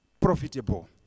Profitable